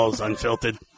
unfiltered